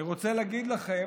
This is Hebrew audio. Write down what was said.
אני רוצה להגיד לכם,